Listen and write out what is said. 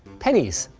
pennies.